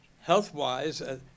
health-wise